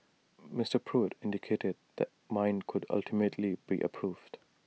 Mister Pruitt indicated the mine could ultimately be approved